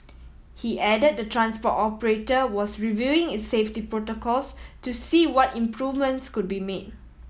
he added the transport operator was reviewing its safety protocols to see what improvements could be made